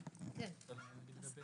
ברמת